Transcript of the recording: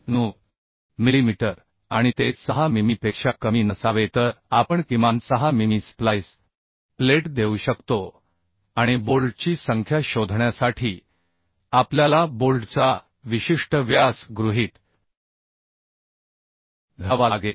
09 millimetre आणि ते 6 मिमीपेक्षा कमी नसावे तर आपण किमान 6 मिमी स्प्लाइस प्लेट देऊ शकतो आणि बोल्टची संख्या शोधण्यासाठी आपल्याला बोल्टचा विशिष्ट व्यास गृहीत धरावा लागेल